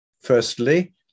Firstly